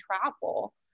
travel